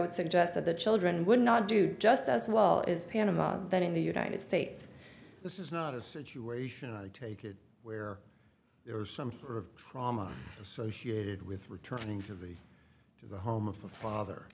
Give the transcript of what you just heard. would suggest that the children would not do just as well as panama that in the united states this is not a situation i take it where there are some sort of trauma associated with returning to the to the home of the